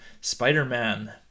Spider-Man